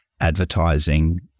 advertising